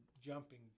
jumping